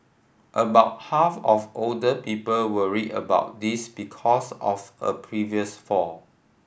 about half of older people worry about this because of a previous fall